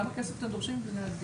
בכמה כסף אתם דורשים להגדיל?